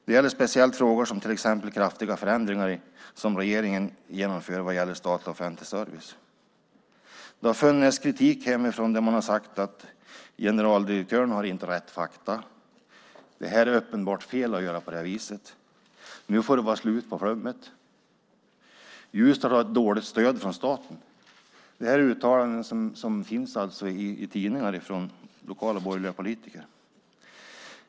Det gäller speciellt frågor om till exempel de kraftiga förändringar som regeringen genomför när det gäller statlig, offentlig, service. Det har funnits kritik hemma där man har sagt att generaldirektören inte har rätt fakta. Det är uppenbart fel att göra på det här viset. Nu får det vara slut på flummet. Ljusdal har ett dåligt stöd från staten. Det här är uttalanden i tidningar från lokala borgerliga politiker.